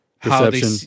perception